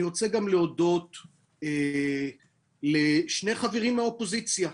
אני רוצה להודות גם לשני חברים מהאופוזיציה: